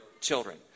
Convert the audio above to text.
children